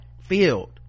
field